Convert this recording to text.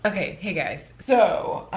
ah hey hey guys. so,